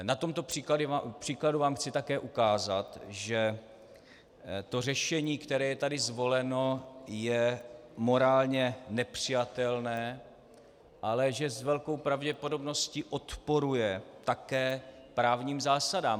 Na tomto příkladu vám chci také ukázat, že to řešení, které je tady zvoleno, je morálně nepřijatelné, ale že s velkou pravděpodobností odporuje také právním zásadám.